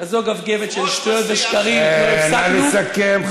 כזאת גבגבת של שטויות ושקרים, נא לסכם,